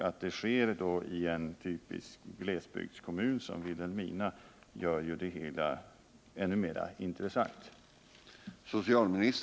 Att det sker i en typisk glesbygdskommun som Vilhelmina gör ju det hela ännu mera intressant.